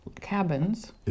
cabins